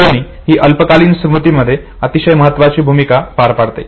उजळणी ही अल्पकालीन स्मृतीमध्ये अतिशय महत्त्वाची भूमिका पार पाडते